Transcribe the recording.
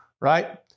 right